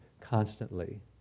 constantly